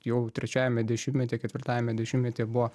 jau trečiajame dešimtmetyje ketvirtajame dešimtmetyje buvo